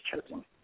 chosen